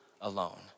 alone